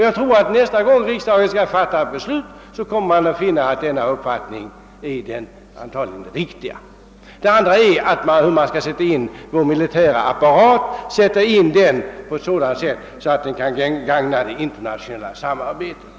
Jag tror att man nästa gång riksdagen skall fatta ett beslut i denna fråga kommer att finna att denna uppfattning är den riktiga. En annan fråga, som man då också måste ta ställning till, är hur vi skall kunna sätta in vår militära apparat på ett sådant sätt att den kan gagna det internationella samarbetet.